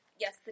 Yes